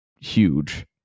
huge